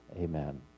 Amen